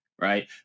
right